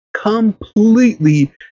completely